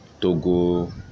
Togo